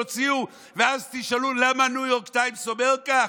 תוציאו ואז תשאלו למה הניו יורק טיימס אומר כך?